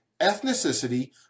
ethnicity